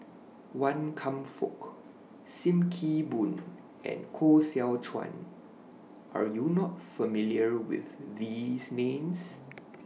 Wan Kam Fook SIM Kee Boon and Koh Seow Chuan Are YOU not familiar with These Names